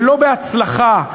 ולא בהצלחה,